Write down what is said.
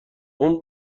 مگه